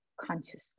consciously